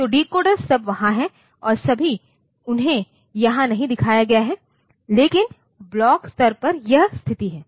तो डिकोडर सब वहाँ हैं और सभी उन्हें यहां नहीं दिखाया गया है लेकिन ब्लॉक स्तर पर यह स्थिति है